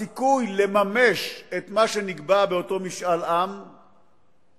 הסיכוי לממש את מה שנקבע באותו משאל עם יהיה,